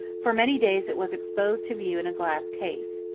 for many days it was exposed to view in a glass case.